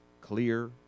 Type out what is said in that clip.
clear